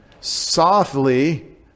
softly